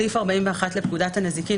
סעיף 41 לפקודת הנזיקין,